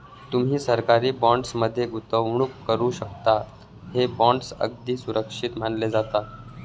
तुम्ही सरकारी बॉण्ड्स मध्ये गुंतवणूक करू शकता, हे बॉण्ड्स अगदी सुरक्षित मानले जातात